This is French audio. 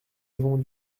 avons